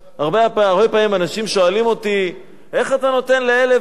הרבה פעמים אנשים שואלים אותי: איך אתה נותן לאלה ואלה